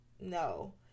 No